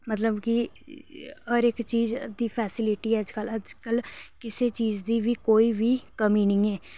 मतलब कि हर इक्क चीज दी फैसिलिटी अजकल अजकल किसे चीज दी बी कोई बी कमी नी ऐ